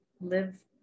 live